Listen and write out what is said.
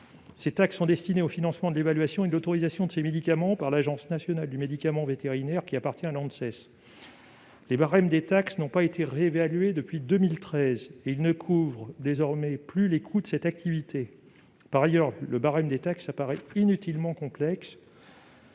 Ces taxes sont destinées au financement de l'évaluation et de l'autorisation de ces médicaments par l'Agence nationale du médicament vétérinaire (ANMV), qui relève de l'Anses. Le barème des taxes n'a pas été réévalué depuis 2013 et ne couvre désormais plus les coûts de cette activité. Par ailleurs, il est inutilement complexe.